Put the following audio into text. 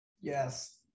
Yes